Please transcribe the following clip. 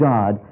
God